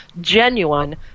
genuine